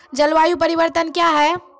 जलवायु परिवर्तन कया हैं?